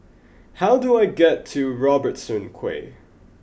how do I get to Robertson Quay